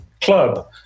club